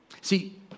See